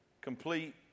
complete